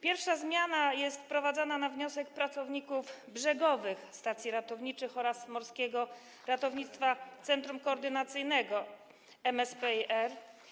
Pierwsza zmiana jest wprowadzana na wniosek pracowników brzegowych stacji ratowniczych oraz Morskiego Ratowniczego Centrum Koordynacyjnego MSPiR.